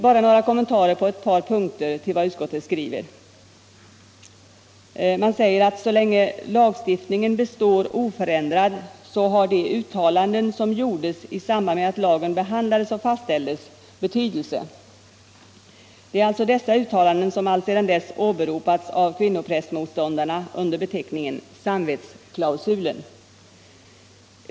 Bara några kommentarer på ett par punkter till vad utskottet skriver! I betänkandet sägs att så länge lagstiftningen består oförändrad har de uttalanden betydelse som gjordes i samband med att lagen behandlades och fastställdes. Det är alltså dessa uttalanden som alltsedan dess åberopats av kvinnoprästmotståndarna under beteckningen ”samvetsklausulen”.